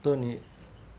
so 你